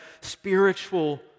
spiritual